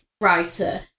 writer